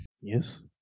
Yes